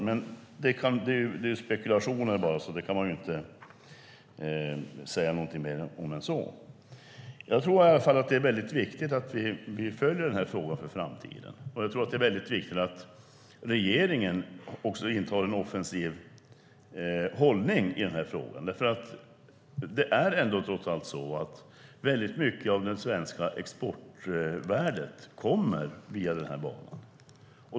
Men detta är bara spekulationer. Jag tror att det är väldigt viktigt att vi följer den här frågan för framtiden och att regeringen också intar en offensiv hållning. Väldigt mycket av det svenska exportvärdet kommer via den här banan.